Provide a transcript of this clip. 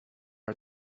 are